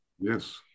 Yes